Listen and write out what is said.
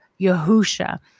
Yahusha